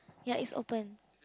ya is open